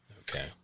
okay